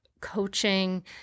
coaching